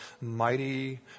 mighty